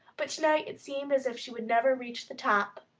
but to-night it seemed as if she would never reach the top.